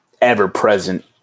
ever-present